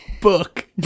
Book